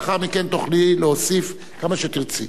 לאחר מכן תוכלי להוסיף כמה שתרצי.